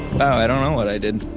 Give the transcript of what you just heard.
wow, i don't know what i did,